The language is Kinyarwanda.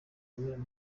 mibonano